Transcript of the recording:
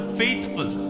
faithful